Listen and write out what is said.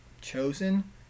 chosen